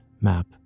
map